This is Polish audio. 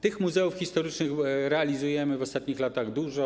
Tych muzeów historycznych realizujemy w ostatnich latach dużo.